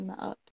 up